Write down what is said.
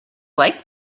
like